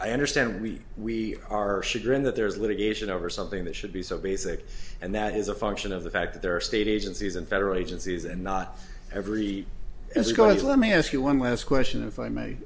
i understand we we are chagrined that there is litigation over something that should be so basic and that is a function of the fact that there are state agencies and federal agencies and not every is going to let me ask you one last question if i may